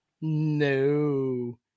No